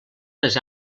les